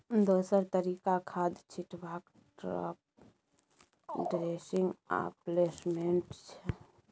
दोसर तरीका खाद छीटबाक टाँप ड्रेसिंग आ प्लेसमेंट छै